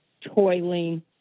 toiling